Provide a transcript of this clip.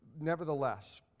Nevertheless